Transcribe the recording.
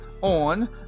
on